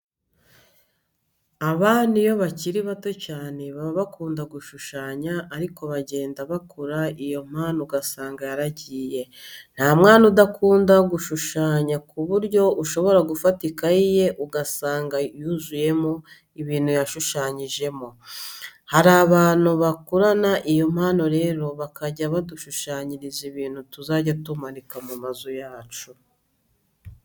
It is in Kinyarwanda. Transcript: Abana iyo bakiri bato cyane baba bakunda gushushanya ariko bagenda bakura iyo mpano ugasanga yaragiye. Nta mwana udakunda gushushanya ku buryo ushobora gufata ikayi ye ugasanga yuzuyemo ibintu yashushanyijemo. Hari abantu bakurana iyo mpano rero bakajya badushushanyiriza ibintu tuzajya tumanika mu mazu yacu.